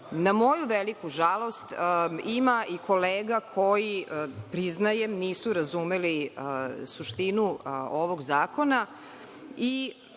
moju veliku žalost, ima i kolega koji priznajem, nisu razumeli suštinu ovog zakona